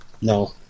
No